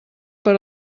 per